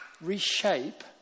reshape